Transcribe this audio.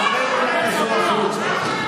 אתה צבוע.